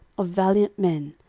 of valiant men,